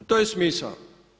To je smisao.